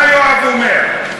מה יואב אומר?